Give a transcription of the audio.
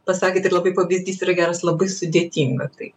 pasakėt kad labai pavyzdys yra geras labai sudėtinga tai